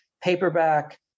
paperback